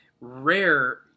rare